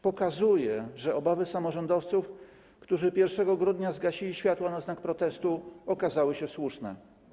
Pokazuje, że obawy samorządowców, którzy 1 grudnia zgasili światła na znak protestu, okazały się słuszne.